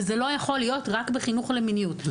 וזה לא יכול להיות רק בחינוך למיניות,